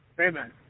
amen